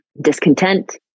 discontent